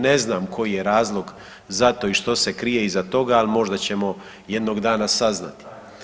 Ne znam koji je razlog za to i što se krije iza toga, ali možemo ćemo jednog dana saznati.